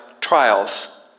trials